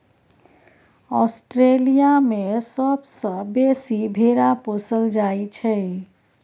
Australia मे सबसँ बेसी भेरा पोसल जाइ छै